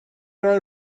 roi